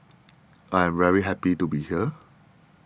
I am very happy to be here